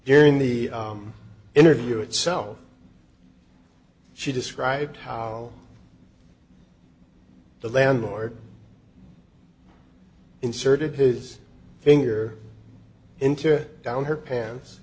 during the interview itself she described how the landlord inserted his finger into down her pants